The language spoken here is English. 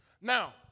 Now